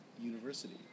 university